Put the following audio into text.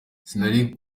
sinari